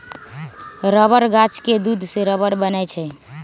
rubber गाछ के दूध से रबर बनै छै